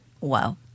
Wow